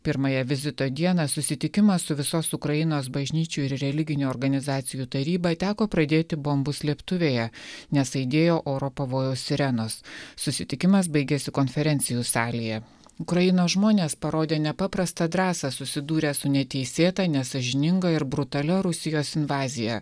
pirmąją vizito dieną susitikimą su visos ukrainos bažnyčių ir religinių organizacijų taryba teko pradėti bombų slėptuvėje nes aidėjo oro pavojaus sirenos susitikimas baigėsi konferencijų salėje ukrainos žmonės parodė nepaprastą drąsą susidūrę su neteisėta nesąžininga ir brutalia rusijos invazija